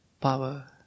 power